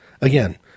Again